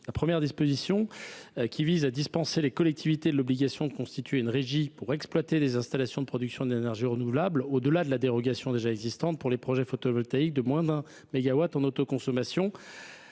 en commission. Le X dispense les collectivités de l’obligation de constituer une régie pour exploiter des installations de production d’énergie renouvelable, au delà de la dérogation déjà existante pour les projets photovoltaïques de moins de 1 mégawatt en autoconsommation.